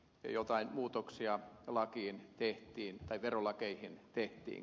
jotain muutoksia verolakeihin kyllä tehtiin